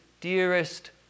dearest